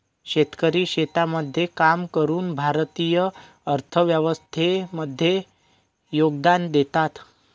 शेतकरी शेतामध्ये काम करून भारतीय अर्थव्यवस्थे मध्ये योगदान देतात